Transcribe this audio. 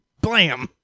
BLAM